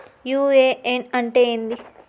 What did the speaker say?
UAN అంటే ఏంది?